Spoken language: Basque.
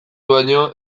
baino